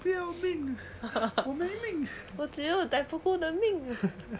我不要命我没命